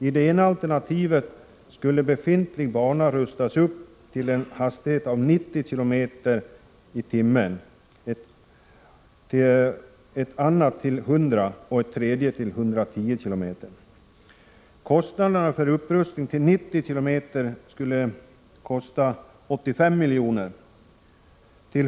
I det ena alternativet skulle befintlig bana rustas upp till en hastighet av 90 km tim Upprustning till 90 km/tim. skulle kosta 85 miljoner.